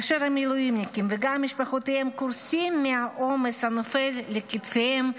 כאשר המילואימניקים וגם משפחותיהם קורסים מהעומס הנופל על כתפיהם,